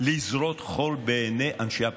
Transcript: לזרות חול בעיני אנשי הפריפריה.